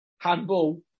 handball